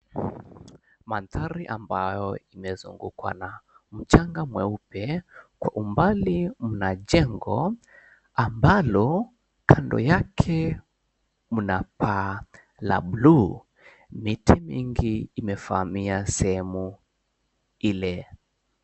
Mandari ambayo umezungukwa na mchanga mweupe. Kwa umbali mna jengo, ambalo kando yake mna paa la blue . Miti mingi imefahamia sehemu ile.